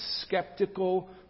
skeptical